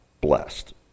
blessed